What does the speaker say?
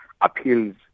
appeals